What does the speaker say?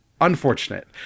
unfortunate